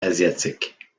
asiatique